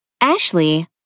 Ashley